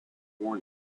born